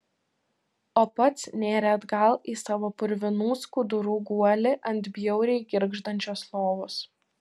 o pats nėrė atgal į savo purvinų skudurų guolį ant bjauriai girgždančios lovos